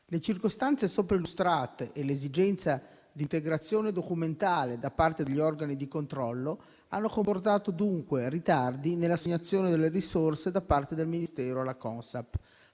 Le circostanze sopra illustrate e l'esigenza di integrazione documentale da parte degli organi di controllo hanno comportato dunque ritardi nell'assegnazione delle risorse da parte del Ministero alla Consap.